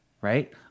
right